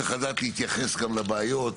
צריך לדעת להתייחס גם לבעיות.